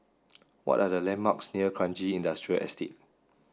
what are the landmarks near Kranji Industrial Estate